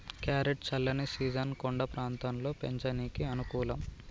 carrot చల్లని season కొండ ప్రాంతంలో పెంచనీకి అనుకూలం